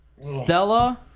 Stella